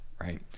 right